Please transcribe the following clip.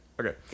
Okay